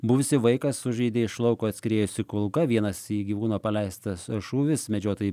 buvusį vaiką sužeidė iš lauko atskriejusi kulka vienas į gyvūną paleistas šūvis medžiotojai